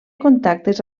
contactes